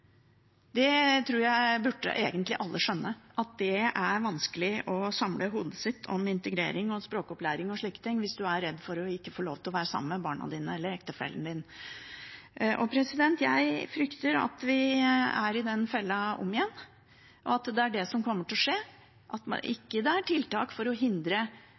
Jeg tror egentlig alle burde skjønne at det er vanskelig å samle hodet sitt om integrering og språkopplæring og slike ting hvis du er redd for ikke å få lov til å være sammen med barna dine eller ektefellen din. Jeg frykter at vi er i den fella om igjen, og at det er det som kommer til å skje: at det ikke er tiltak for å hindre